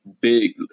big